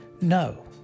no